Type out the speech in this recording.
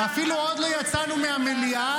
אפילו עוד לא יצאנו מהמליאה,